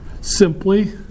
simply